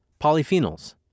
Polyphenols